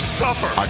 suffer